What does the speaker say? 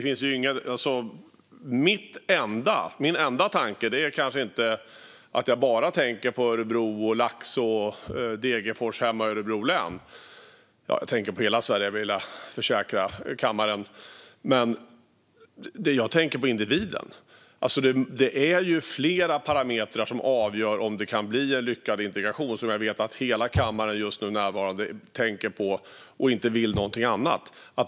Min enda tanke är kanske inte att jag bara tänker på Örebro, Laxå och Degerfors hemma i Örebro län. Jag vill försäkra kammaren att jag tänker på hela Sverige. Jag tänker på individen. Det är fler parametrar som avgör om det kan bli en lyckad integration. Jag vet att de närvarande i hela kammaren just nu tänker på det och inte vill någonting annat.